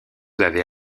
avait